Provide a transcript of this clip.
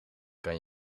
kan